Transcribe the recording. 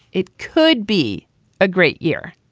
it could be a great year.